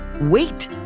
wait